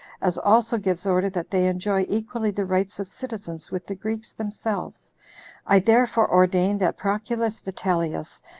as also gives order that they enjoy equally the rights of citizens with the greeks themselves i therefore ordain that proculus vitellius,